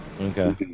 Okay